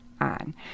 on